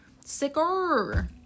Sicker